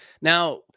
Now